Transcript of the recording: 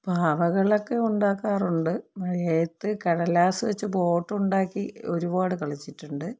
പാവകളൊക്കെ ഉണ്ടാക്കാറുണ്ട് എഴുത്ത് കടലാസ് വെച്ച് ബോട്ട് ഉണ്ടാക്കി ഒരുപാട് കളിച്ചിട്ടുണ്ട്